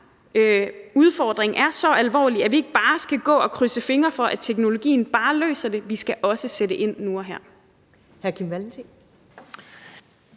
udfordring er så alvorlig, at vi ikke bare skal gå og krydse fingre for, at teknologien bare løser det; vi skal også sætte ind nu og her.